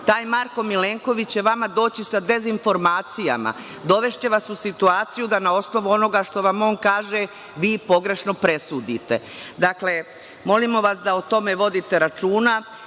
Taj Marko Milenković će vama doći sa dezinformacijama. Dovešće vas u situaciju da na osnovu onoga što vam on kaže vi pogrešno presudite. Dakle, molimo vas da o tome vodite računa